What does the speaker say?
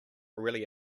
really